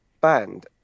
band